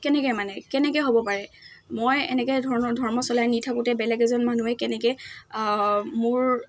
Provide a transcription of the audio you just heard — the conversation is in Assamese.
কেনেকৈ মানে কেনেকৈ হ'ব পাৰে মই এনেকৈ ধৰণৰ ধৰ্ম চলাই নি থাকোঁতে বেলেগ এজন মানুহে কেনেকৈ মোৰ